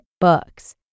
books